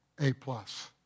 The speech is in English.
A-plus